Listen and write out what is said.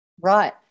Right